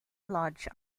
lodge